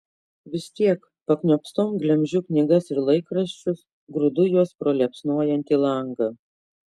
vis tiek pakniopstom glemžiu knygas ir laikraščius grūdu juos pro liepsnojantį langą